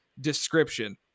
description